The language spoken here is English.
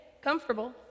comfortable